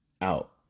out